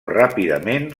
ràpidament